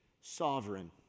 sovereign